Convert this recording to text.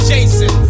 Jason